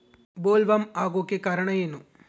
Bollworm ಆಗೋಕೆ ಕಾರಣ ಏನು?